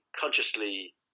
consciously